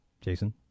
Jason